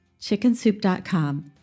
chickensoup.com